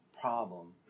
problem